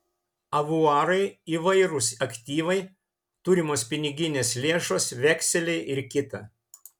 avuarai įvairūs aktyvai turimos piniginės lėšos vekseliai ir kita